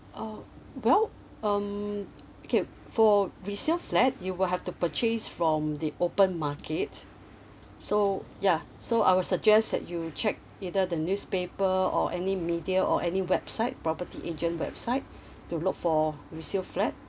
oh well um okay for resale flat you will have to purchase from the open market so ya so I will suggest that you check either the newspaper or any media or any website property agent website to look for resale flat